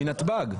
מנתב"ג.